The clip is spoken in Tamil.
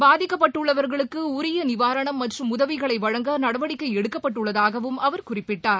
பாதிக்கப்பட்டுள்ளவர்களுக்கு உரிய நிவாரணம் மற்றும் உதவிகளை வழங்க நடவடிக்கை எடுக்கப்பட்டுள்ளதாகவும் அவர் குறிப்பிட்டார்